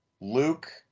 luke